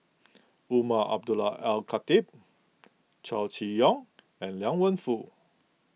Umar Abdullah Al Khatib Chow Chee Yong and Liang Wenfu